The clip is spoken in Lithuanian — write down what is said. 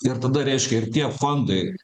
ir tada reiškia ir tie fondai